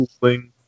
cooling